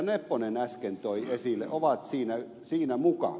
nepponen äsken toi esille ovat siinä mukana